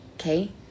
Okay